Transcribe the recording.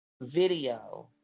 video